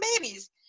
babies